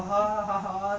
mm